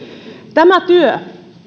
tämä työ